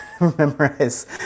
memorize